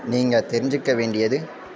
நீங்கள் தெரிஞ்சுக்க வேண்டியது